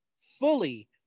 fully